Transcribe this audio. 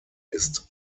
ist